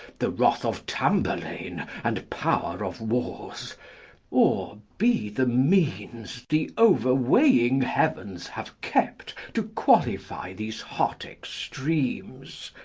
the wrath of tamburlaine and power of wars or be the means the overweighing heavens have kept to qualify these hot extremes,